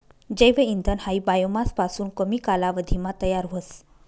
जैव इंधन हायी बायोमास पासून कमी कालावधीमा तयार व्हस